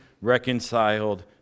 reconciled